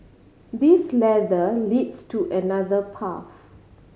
this ladder leads to another path